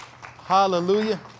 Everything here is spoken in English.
Hallelujah